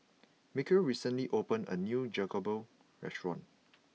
Mykel recently opened a new Jokbal restaurant